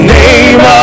name